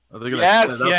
Yes